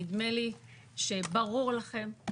נדמה לי שברור לכם עם